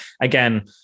again